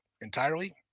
entirely